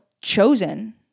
chosen